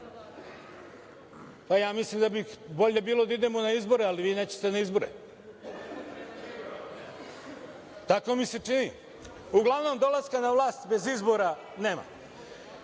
na vlast. Mislim da bi bolje bilo da idemo na izbore, ali vi nećete na izbore. Tako mi se čini. Uglavnom dolazak na vlast bez izbora nema. Svi